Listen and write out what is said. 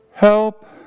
Help